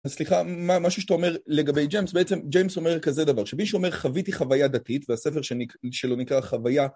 סליחה, משהו שאתה אומר לגבי ג'יימס. בעצם ג'יימס אומר כזה דבר, שמישהו אומר "חוויתי חוויה דתית" והספר שלו נקרא חוויה...